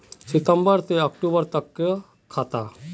सितम्बर से अक्टूबर तक के खाता?